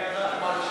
דרכון זה השלב הבא.